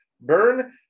burn